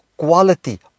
quality